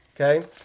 okay